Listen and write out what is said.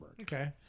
Okay